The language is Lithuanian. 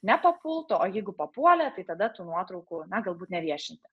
nepapultų o jeigu papuolė tai tada tų nuotraukų na galbūt neviešinti